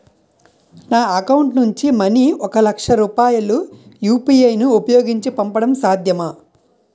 నా అకౌంట్ నుంచి మనీ ఒక లక్ష రూపాయలు యు.పి.ఐ ను ఉపయోగించి పంపడం సాధ్యమా?